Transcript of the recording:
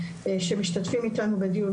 שמשתתפים איתנו בדיון,